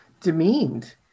demeaned